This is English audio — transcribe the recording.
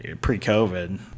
pre-COVID